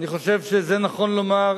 אני חושב שזה נכון לומר,